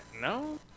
No